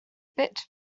fit